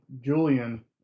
Julian